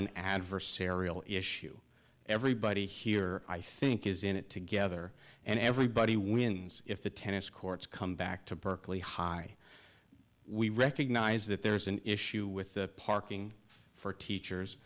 an adversarial issue everybody here i think is in it together and everybody wins if the tennis courts come back to berkeley high we recognize that there is an issue with parking for teachers